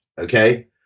okay